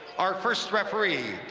our first referee,